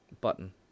Button